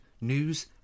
news